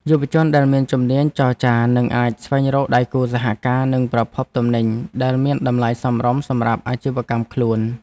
យុវជនដែលមានជំនាញចរចានឹងអាចស្វែងរកដៃគូសហការនិងប្រភពទំនិញ ដែលមានតម្លៃសមរម្យសម្រាប់អាជីវកម្មខ្លួន។